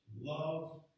Love